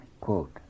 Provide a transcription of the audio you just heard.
quote